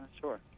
sure